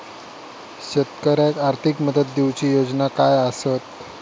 शेतकऱ्याक आर्थिक मदत देऊची योजना काय आसत?